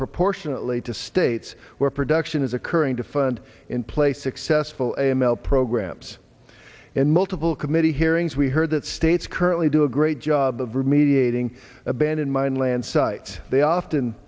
proportionately to states where production is occurring to fund in place successful animal programs and multiple committee hearings we heard that states currently do a great job of remediating abandoned mine land site they often